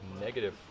negative